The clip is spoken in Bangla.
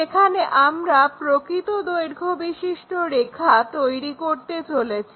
যেখানে আমরা প্রকৃত দৈর্ঘ্যবিশিষ্ট রেখা তৈরি করতে চলেছি